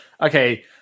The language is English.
Okay